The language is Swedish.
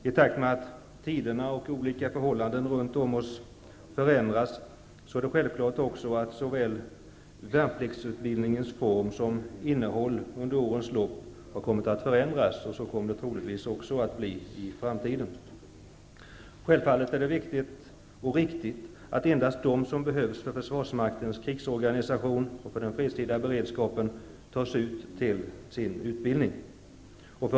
I takt med att tiderna och förhållandena runt oss under årens lopp har förändrats har -- det är självklart -- såväl värnpliktsutbildningens form som dess innehåll kommit att förändras. Så kommer det troligtvis att bli också i framtiden. Självfallet är det viktigt och riktigt att endast de som behövs för försvarsmaktens krigsorganisation och för den fredstida beredskapen tas ut till utbildning.